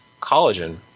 collagen